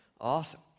Awesome